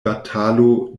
batalo